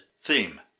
theme